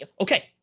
okay